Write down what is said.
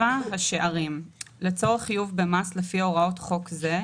השערים 7. לצורך חיוב במס לפי הוראות חוק זה,